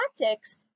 tactics